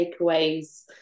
takeaways